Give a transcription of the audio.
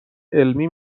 علمی